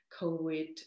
COVID